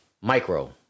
micro